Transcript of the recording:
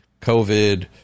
covid